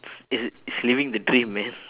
it's it's living the dream man